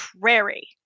prairie